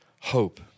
hope